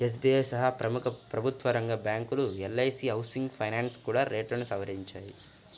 SBI సహా ప్రముఖ ప్రభుత్వరంగ బ్యాంకులు, ఎల్.ఐ.సీ హౌసింగ్ ఫైనాన్స్ కూడా రేట్లను సవరించాయి